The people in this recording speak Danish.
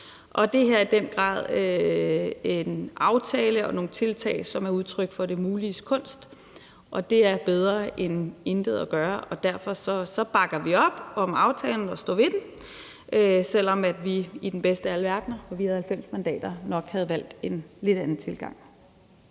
og det her er i den grad en aftale og nogle tiltag, som er udtryk for det muliges kunst, og det er bedre end intet at gøre. Derfor bakker vi op om aftalen og står ved den, selv om vi i den bedste af alle verdener, hvor vi havde 90 mandater, nok havde valgt en lidt anden tilgang.